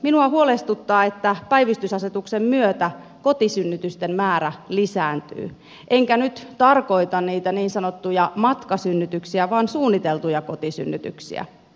minua huolestuttaa että päivystysasetuksen myötä kotisynnytysten määrä lisääntyy enkä nyt tarkoita niitä niin sanottuja matkasynnytyksiä vaan suunniteltuja kotisynnytyksiä